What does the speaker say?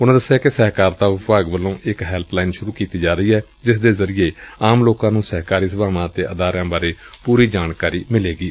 ਉਨਾਂ ਦਸਿਆ ਕਿ ਸਹਿਕਾਰਤਾ ਵਿਭਾਗ ਵੱਲੋਂ ਇਕ ਹੈਲਪਲਾਈਨ ਸੁਰੂ ਕੀਤੀ ਜਾ ਰਹੀ ਏ ਜਿਸ ਦੇ ਜ਼ਰੀਏ ਆਮ ਲੋਕਾ ਨੂੰ ਸਹਿਕਾਰੀ ਸਭਾਵਾਂ ਅਤੇ ਅਦਾਰਿਆਂ ਬਾਰੇ ਪੁਰੀ ਜਾਣਕਾਰੀ ਮਿਲੇਗੀ